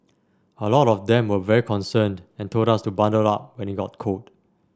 a lot of them were very concerned and told us to bundle up when it got cold